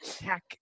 hack